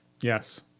Yes